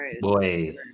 Boy